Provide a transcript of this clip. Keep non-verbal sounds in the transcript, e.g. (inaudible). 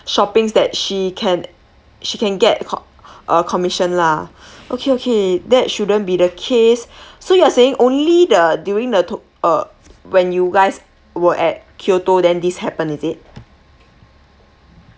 shoppings that she can she can get com~ uh commission lah (breath) okay okay that shouldn't be the case (breath) so you're saying only the during the to~ uh when you guys were at kyoto then this happen is it